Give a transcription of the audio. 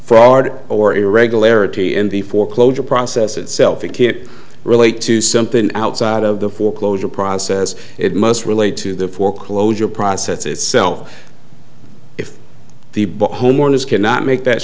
fraud or irregularity in the foreclosure process itself it can't relate to something outside of the foreclosure process it must relate to the foreclosure process itself if the book homeowners cannot make that